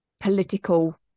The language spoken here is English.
political